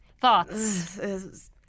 thoughts